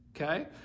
Okay